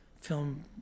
film